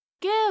give